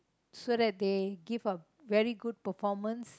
so that they give a very good performance